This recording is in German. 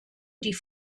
die